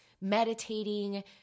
meditating